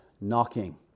knocking